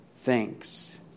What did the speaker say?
thanks